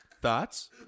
Thoughts